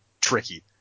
tricky